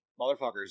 motherfuckers